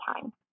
time